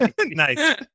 Nice